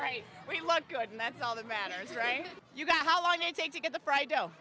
right we look good and that's all that matters right you got how long it takes to get the fried do